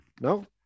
No